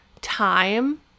time